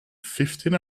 fifteen